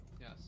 Yes